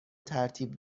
ترتیب